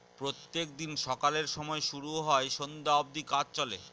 প্রত্যেক দিন সকালের সময় শুরু হয় সন্ধ্যা অব্দি কাজ চলে